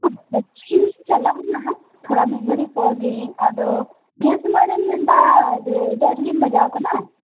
ᱤᱧᱤᱧ ᱪᱟᱞᱟᱜᱼᱟ ᱦᱟᱜ ᱛᱷᱚᱲᱟ ᱢᱤᱫ ᱜᱷᱟᱹᱲᱤᱡ ᱯᱚᱨ ᱜᱮ ᱟᱫᱚ ᱱᱤᱭᱟᱹ ᱥᱚᱢᱚᱭ ᱨᱮᱢ ᱢᱮᱱ ᱮᱫᱟ ᱡᱮ ᱟᱹᱰᱤ ᱟᱸᱴ ᱜᱮᱢ ᱵᱟᱡᱟᱣ ᱟᱠᱟᱱᱟ